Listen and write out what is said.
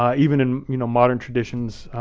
even in you know modern traditions,